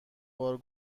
بار